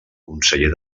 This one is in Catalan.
conseller